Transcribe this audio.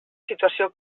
situació